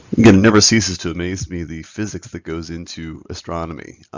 you know never ceases to amaze me the physics that goes into astronomy.